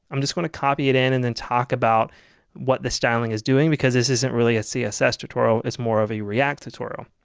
i'm just going to copy it in and then talk about what the styling is doing because this isn't really a css tutorial it's more of a react tutorial.